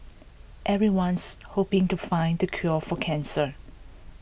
everyone's hoping to find the cure for cancer